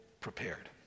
prepared